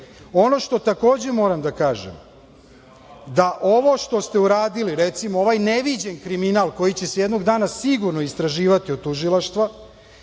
što takođe moram da kažem da ovo što ste uradili recimo, ovaj neviđen kriminal koji će se jednog dana sigurno istraživati od tužilaštva,